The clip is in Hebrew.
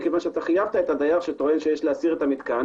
כי חייבת את הדייר שטוען שיש להסיר את המתקן,